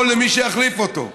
או למי שיחליף אותו,